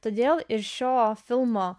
todėl ir šio filmo